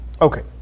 Okay